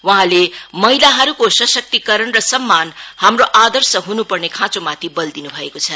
वहाँले महिलाहरूको सशक्तिकरण र सम्मान हाम्रो आदर्श हन् पर्ने खाँचोमाथि बल दिन् भएको छ